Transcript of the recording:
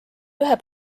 ühe